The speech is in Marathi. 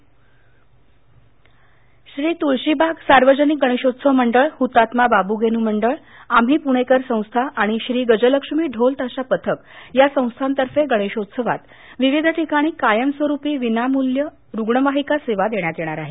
आम्ही पूणेकर श्री तुळशीबाग सार्वजनिक गणेशोत्सव मंडळ हुतात्मा बाब्रगेन् मंडळ आणि श्री गजलक्ष्मी ढोल ताशा पथक या संस्थांतर्फे गणेशोत्सवात विविध ठिकाणी कायमस्वरुपी विनामूल्य रुग्णवाहिका सेवा देण्यात येणार आहे